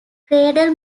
cradle